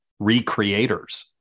recreators